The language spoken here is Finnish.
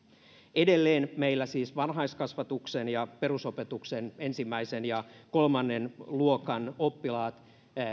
edelleen meillä siis varhaiskasvatuksen ja perusopetuksen ensimmäisen viiva kolmannen luokan oppilaat